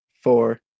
four